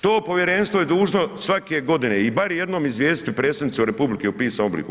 To povjerenstvo je dužno, svake godine i bar jednom izvijestiti Predsjednicu Republiku u pisanom obliku.